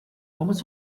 vamos